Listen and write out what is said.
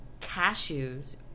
cashews